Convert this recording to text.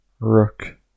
Rook